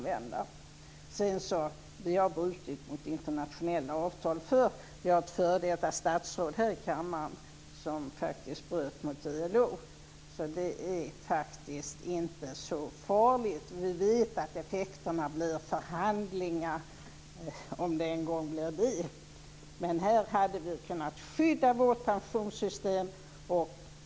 Vi har brutit mot internationella avtal förr. Vi har ett f.d. statsråd här i kammaren som bröt mot ILO avtal. Det är inte så farligt. Vi vet att effekterna blir förhandlingar, om det ens en gång blir det. Här hade vi kunnat skydda vårt pensionssystem.